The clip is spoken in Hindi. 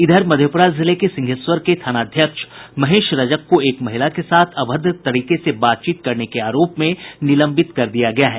इधर मधेपुरा जिले के सिंहेश्वर के थानाध्यक्ष महेश रजक को एक महिला के साथ अभद्र तरीके से बातचीत करने के आरोप में निलंबित कर दिया गया है